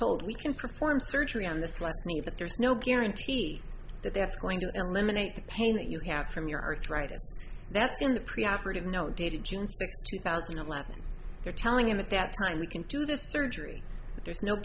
told we can perform surgery on this like me but there's no guarantee that that's going to eliminate the pain that you have from your arthritis that's in the preoperative no dated june two thousand and eleven they're telling him at that time we can do the surgery but there's no